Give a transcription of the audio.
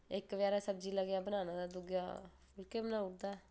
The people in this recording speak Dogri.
इक बचैरा सब्जी लगेआ बनान ते दुआ फुलके बनाई ओड़दा